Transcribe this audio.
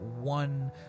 one